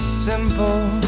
simple